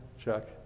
Chuck